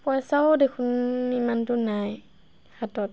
পইচাও দেখোন ইমানটো নাই হাতত